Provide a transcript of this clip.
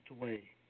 away